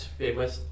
famous